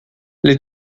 les